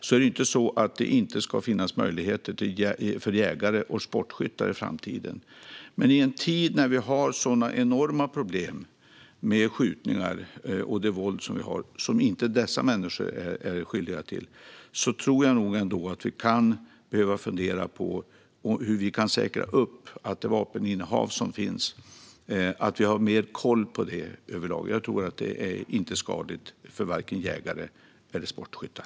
Det är inte så att det inte ska finnas möjligheter för jägare och sportskyttar i framtiden. I en tid när det finns så enorma problem med skjutningar och våld, som dessa människor inte är skyldiga till, tror jag att vi ändå kan behöva fundera över hur vi kan försäkra oss om att det finns mer koll på det vapeninnehav som finns. Det är inte skadligt för vare sig jägare eller sportskyttar.